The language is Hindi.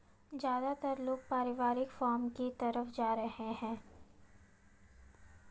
ज्यादातर लोग पारिवारिक फॉर्म की तरफ जा रहै है